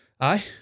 Aye